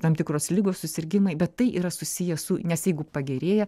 tam tikros ligos susirgimai bet tai yra susiję su nes jeigu pagerėja